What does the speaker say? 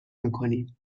میکنیم